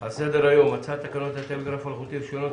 על סדר היום הצעת תקנות הטלגרף האלחוטי (רישיונות,